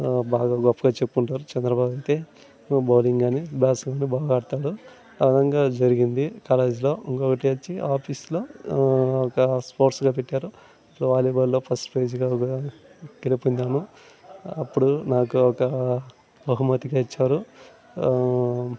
బాగా గొప్పగా చెప్పుకుంటారు చంద్రాబాబయితే బౌలింగ్ కానీ బ్యాట్స్మెన్నే బాగా ఆడతాడు ఆ రకంగా జరిగింది కాలేజ్లో ఇంకొకటొచ్చి ఆఫీస్లో ఒక స్పోర్ట్స్గా పెట్టారు అప్పుడు వాలీబాల్లో ఫస్ట్ ప్రైజ్గా గా గెలుపొందాను అప్పుడు ఒక ఒక బహుమతిగా ఇచ్చారు